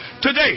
Today